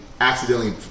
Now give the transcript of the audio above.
accidentally